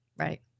Right